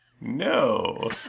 No